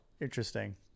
Interesting